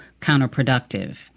counterproductive